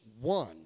one